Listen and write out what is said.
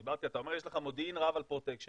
אתה אומר שיש לך מודיעין רב על פרוטקשן,